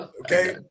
okay